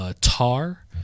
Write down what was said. tar